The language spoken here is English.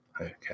okay